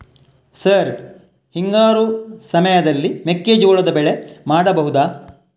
Sir ಹಿಂಗಾರು ಸಮಯದಲ್ಲಿ ಮೆಕ್ಕೆಜೋಳದ ಬೆಳೆ ಮಾಡಬಹುದಾ?